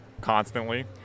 constantly